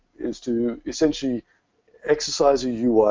is to essentially exercise your ui,